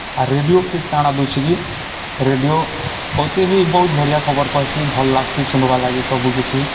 ଆର୍ radio feed କାଣା ଦଉଛେ କି ରେଡ଼ିଓ ହଉଛେ ବି ବହୁତ ବଢ଼ିଆ ଖବର କସି ଭଲ୍ ଲାଗ୍ସି ଶୁଣ୍ବାର୍ ଲାଗି ସବୁ କିଛି